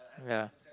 ya